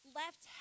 left